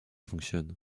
fonctionne